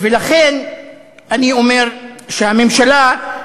ולכן אני אומר שהממשלה,